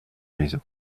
maison